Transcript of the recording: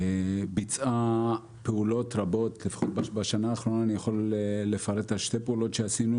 ביצעה פעולות רבות; אני יכול לפרט על שתי פעולות שעשינו